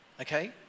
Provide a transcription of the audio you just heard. Okay